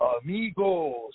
amigos